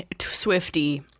Swifty